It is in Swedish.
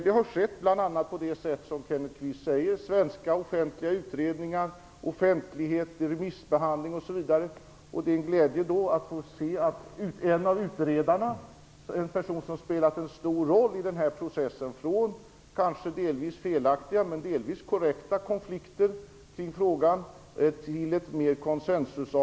Det har skett bl.a. på det sätt som Kenneth Kvist säger - genom svenska offentliga utredningar, offentlighet i remissbehandling osv. Det är en glädje att här i kammaren få se en av utredarna, en person som har spelat en stor roll i denna process, en utveckling som har gått från delvis felaktiga och delvis korrekta konflikter mot en situation präglad av mera konsensus.